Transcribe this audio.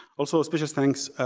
also, a special thanks